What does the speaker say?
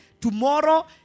tomorrow